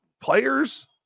Players